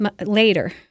later